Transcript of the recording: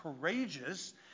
courageous